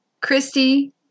Christy